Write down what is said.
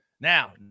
Now